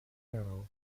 rao